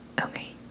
Okay